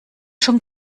schon